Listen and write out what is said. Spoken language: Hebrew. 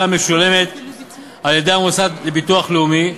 המשולמת על-ידי המוסד לביטוח לאומי,